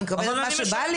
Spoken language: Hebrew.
אני מקבלת מה שבא לי?